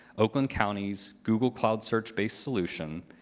oakland county's google cloud search based solution,